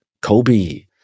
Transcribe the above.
Kobe